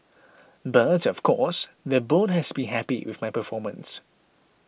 but of course the board has to be happy with my performance